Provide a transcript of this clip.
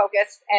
focused